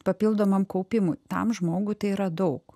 papildomam kaupimui tam žmogui tai yra daug